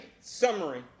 summary